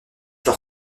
leur